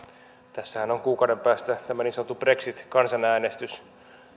tässähän on kuukauden päästä niin sanottu brexit kansanäänestys